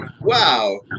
wow